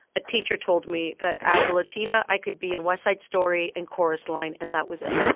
a teacher told me that as a latina, i could be in west side story and chorus line and that was it.